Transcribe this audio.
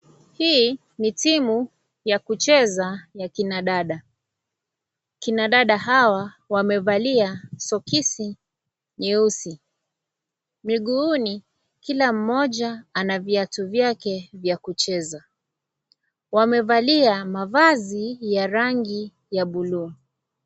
Hii ni timu ya kucheza ya kina dada. Kina dada hawa, wamevalia soksi nyeusi. Miguuni kila mmoja, ana viatu vyake vya kucheza. Wamevalia mavazi ya rangi ya buluu.